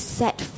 set